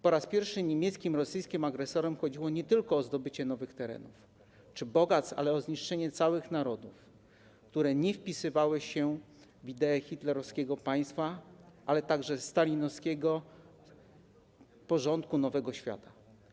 Po raz pierwszy niemieckim i rosyjskim agresorom chodziło nie tylko o zdobycie nowych terenów czy bogactw, ale o zniszczenie całych narodów, które nie wpisywały się w ideę hitlerowskiego państwa, ale także stalinowskiego porządku nowego świata.